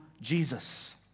Jesus